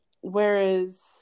Whereas